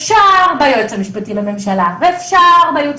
אפשר ביועץ המשפטי לממשלה או בייעוץ